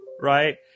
right